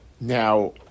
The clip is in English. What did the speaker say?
Now